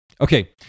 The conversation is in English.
Okay